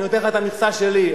אני נותן לך את המכסה שלי,